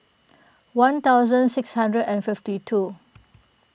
one thousand six hundred and fifty two